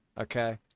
Okay